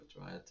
right